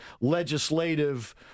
legislative